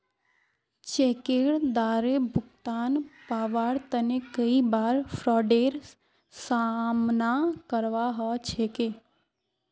चेकेर द्वारे भुगतान पाबार तने कई बार फ्राडेर सामना करवा ह छेक